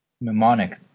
mnemonic